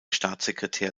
staatssekretär